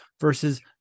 versus